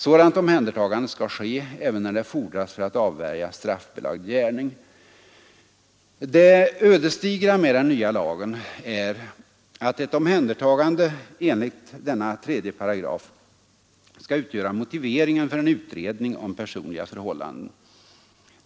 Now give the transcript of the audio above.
Sådant omhändertagande skall ske även när det fordras för att avvärja straffbelagd gärning.” Det ödesdigra med den n agen är att ett omhändertagande enligt denna 3 § skall utgöra motiveringen för en utredning om personliga förhållanden.